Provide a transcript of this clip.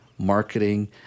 marketing